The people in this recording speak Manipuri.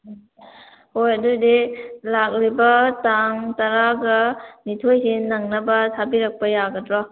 ꯎꯝ ꯍꯣꯏ ꯑꯗꯣꯑꯣꯏꯗꯤ ꯂꯥꯛꯂꯤꯕ ꯇꯥꯡ ꯇꯔꯥꯒ ꯅꯤꯊꯣꯏꯁꯦ ꯅꯪꯅꯕ ꯊꯥꯕꯤꯔꯛꯄ ꯌꯥꯒꯗ꯭ꯔꯣ